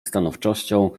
stanowczością